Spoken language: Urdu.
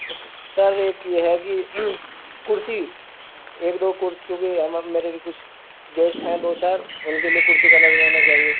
تو سر ایک یہ ہے کہ کرسی ایک دو کرسیوں کی میرے ابھی کچھ گیشٹ ہیں دو چار ان کے لیے کرسی کا نظم ہونا چاہیے